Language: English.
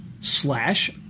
slash